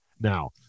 Now